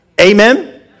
Amen